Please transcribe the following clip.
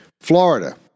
Florida